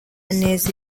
neza